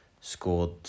scored